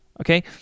okay